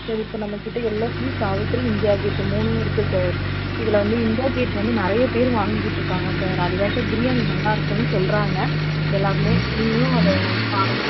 sir இப்போ நம்ம கிட்ட சாவித்ரி இந்தியா கேட் மூணும் இருக்குது சார் இதில் வந்து இந்தியா கேட் வந்து நிறைய பேர் வாங்கிக்கிட்டிருக்காங்க சார் அதுதான் சார் பிரியாணி நல்லாயிருக்குனு சொல்லுறாங்க எல்லோருமே நீங்களும் அதை பாருங்கள்